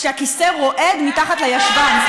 כשהכיסא רועד מתחת לישבן,